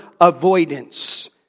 avoidance